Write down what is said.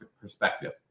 perspective